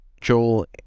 joel